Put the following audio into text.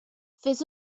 fes